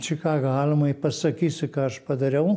čikagą almai pasakysiu ką aš padariau